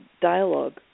dialogue